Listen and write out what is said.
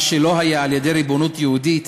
מה שלא היה על-ידי ריבונות יהודית,